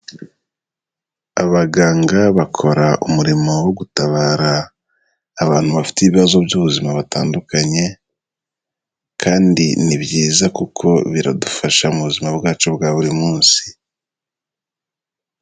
Abaganga bakora umurimo wo gutabara, abantu bafite ibibazo by'ubuzima batandukanye kandi ni byiza kuko biradufasha mu buzima bwacu bwa buri munsi.